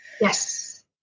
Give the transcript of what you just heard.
Yes